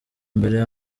mbere